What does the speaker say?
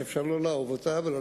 אפשר לא לאהוב אותה,